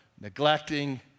neglecting